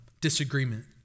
disagreement